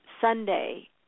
Sunday